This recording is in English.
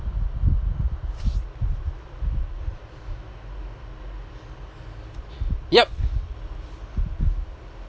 yup